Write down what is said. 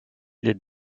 les